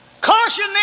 Caution